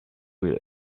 will